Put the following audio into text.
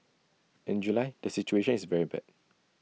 in July the situation is very bad